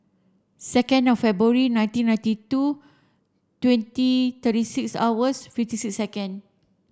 second February nineteen ninety two twenty thirty six hours fifty six second